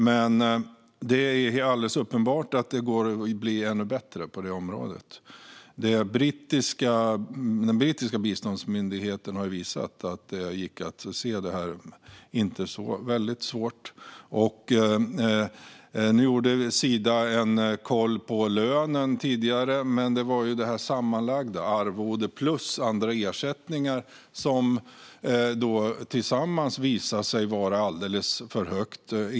Men det är alldeles uppenbart att det går att bli ännu bättre på det området. Den brittiska biståndsmyndigheten har visat att det gick att se det här. Det är inte så väldigt svårt. Sida gjorde en koll av lönen tidigare, men det var det sammanlagda, arvodet plus andra ersättningar, som visade sig vara alldeles för högt.